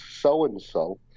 so-and-so